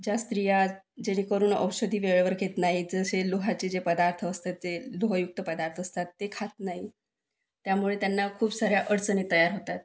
ज्या स्त्रिया जेणेकरून औषधी वेळेवर घेत नाही जसे लोहाचे जे पदार्थ असतात जे लोहयुक्त पदार्थ असतात ते खात नाही त्यामुळे त्यांना खूप साऱ्या अडचणी तयार होतात